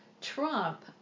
Trump